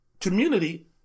community